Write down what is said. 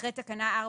(ב) אחרי תקנה 4,